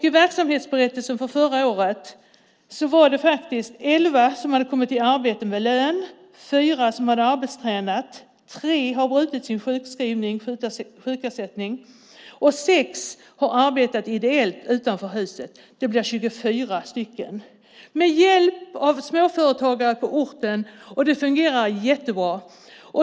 I verksamhetsberättelsen från förra året kan man se att elva kommit i arbete med lön, fyra hade arbetstränat, tre hade brutit sin sjukskrivning och sjukersättning och sex hade arbetat ideellt utanför huset. Det blir 24 personer. Detta skedde med hjälp av småföretagare på orten. Det fungerar jättebra.